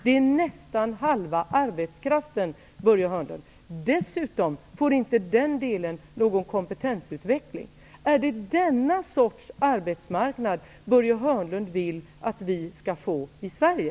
Det är nästan halva arbetskraften, Börje Hörnlund. Dessutom får dessa människor inte någon kompetensutveckling. Är det denna arbetsmarknad som Börje Hörnlund vill ha i Sverige?